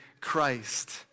Christ